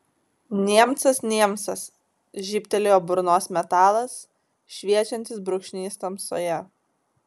niemcas niemcas žybtelėjo burnos metalas šviečiantis brūkšnys tamsoje